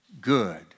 good